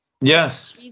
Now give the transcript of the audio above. Yes